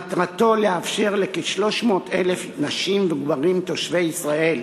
מטרתו לאפשר לכ-300,000 נשים וגברים תושבי ישראל,